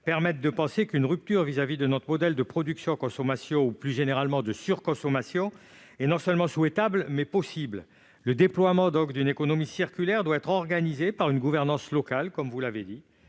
permettent de penser qu'une rupture vis-à-vis de notre modèle de production, de consommation ou, plus généralement, de surconsommation, est non seulement souhaitable, mais possible. Ainsi, le déploiement d'une économie circulaire doit être organisé par une gouvernance locale adaptée aux besoins,